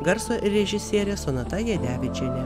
garso režisierė sonata jadevičienė